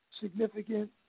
significant